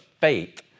faith